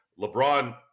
LeBron